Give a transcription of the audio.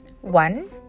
One